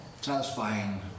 satisfying